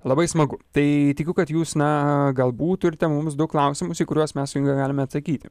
labai smagu tai tikiu kad jūs na galbūt turite mums du klausimus į kuriuos mes su inga galime atsakyti